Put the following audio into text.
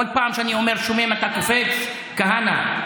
כל פעם שאני אומר שומם אתה קופץ, כהנא?